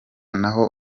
naho